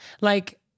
Like-